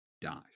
dies